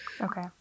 Okay